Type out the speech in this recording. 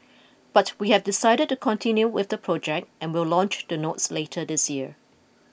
but we have decided to continue with the project and will launch the notes later this year